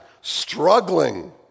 struggling